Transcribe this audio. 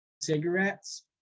cigarettes